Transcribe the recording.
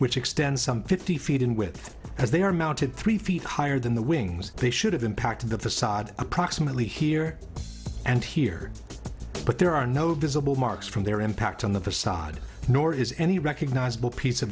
which extend some fifty feet in width as they are mounted three feet higher than the wings they should have impacted the facade approximately here and here but there are no visible marks from their impact on the facade nor is any recognizable pi